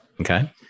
okay